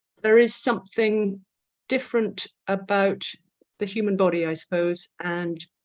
there is something different about the human body i suppose. and